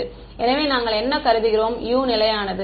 மாணவர் எனவே நாங்கள் என்ன கருதுகிறோம் U நிலையானது